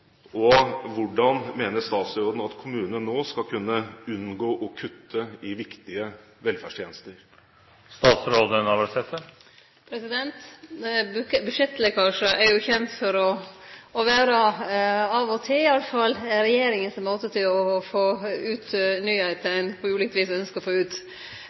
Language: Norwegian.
Og hvordan mener statsråden at kommunene nå skal kunne unngå å kutte i viktige velferdstjenester? Budsjettlekkasjar er jo kjende for å vere – av og til iallfall – regjeringa sin måte å få ut nyheitene ein på ulikt vis ynskjer å få ut.